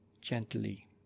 gently